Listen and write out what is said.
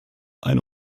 eine